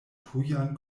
tujan